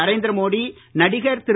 நரேந்திர மோடி நடிகர் திரு